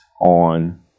on